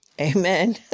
Amen